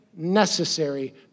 necessary